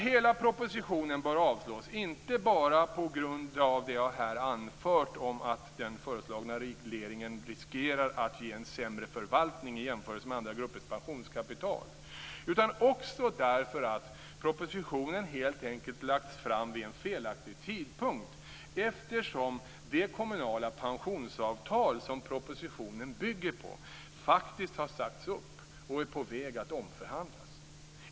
Hela propositionen bör avslås, inte bara på grund av det jag här anfört om att den föreslagna regleringen riskerar att ge en sämre förvaltning i jämförelse med andra gruppers pensionskapital, utan också därför att propositionen helt enkelt lagts fram vid en felaktig tidpunkt, eftersom det kommunala pensionsavtal som propositionen bygger på faktiskt har sagts upp och är på väg att omförhandlas.